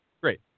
Great